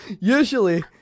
usually